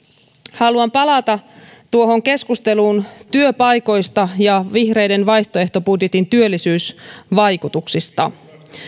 haluan palata tuohon keskusteluun työpaikoista ja vihreiden vaihtoehtobudjetin työllisyysvaikutuksista